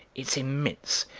it's immense.